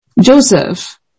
Joseph